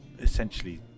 essentially